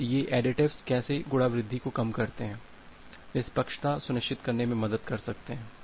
तो ये एडिटिव्स कैसे गुणा वृद्धि को कम करते हैं निष्पक्षता सुनिश्चित करने में मदद कर सकते हैं